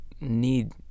need